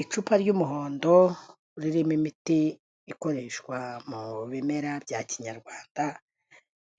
Icupa ry'umuhondo ririmo imiti ikoreshwa mu bimera bya kinyarwanda,